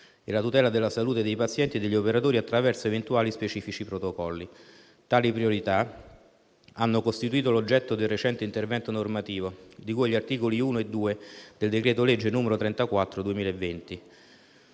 e la tutela della salute dei pazienti e degli operatori attraverso eventuali specifici protocolli. Tali priorità hanno costituito l'oggetto di un recente intervento normativo di cui agli articoli 1 e 2 del decreto-legge n. 34 del